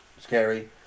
scary